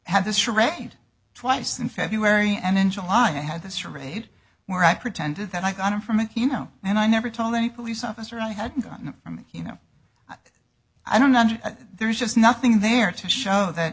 had this charade twice in february and in july i had the surveyed where i pretended that i got him from you know and i never told any police officer i had gotten from you know i don't know there's just nothing there to show that